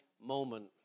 moment